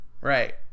right